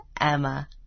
Emma